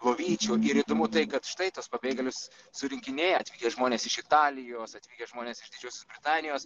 lovyčių įdomu tai kad štai tuos pabėgėlius surinkinėja atvykę žmonės iš italijos atvykę žmonės iš didžiosios britanijos